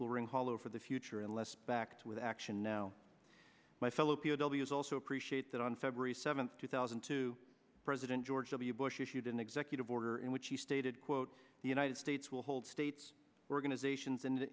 will ring hollow for the future unless backed with action now my fellow p o w s also appreciate that on february seventh two thousand to president george w bush issued an executive order in which he stated quote the united states will hold states organizations and